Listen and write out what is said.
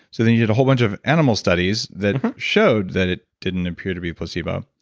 so then you did a whole bunch of animal studies that showed that it didn't appear to be placebo.